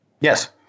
Yes